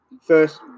first